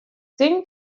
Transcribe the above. tink